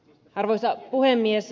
arvoisa puhemies